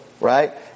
right